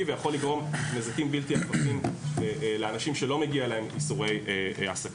ויכול לגרום נזקים בלתי הפיכים לאנשים שלא מגיע להם איסורי העסקה.